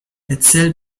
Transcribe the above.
erzähl